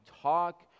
talk